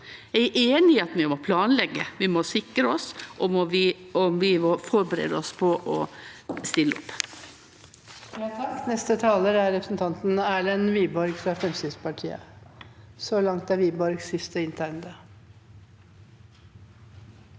Eg er einig i at vi må planleggje, vi må sikre oss, og vi må forberede oss på å stille opp.